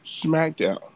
SmackDown